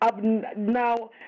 Now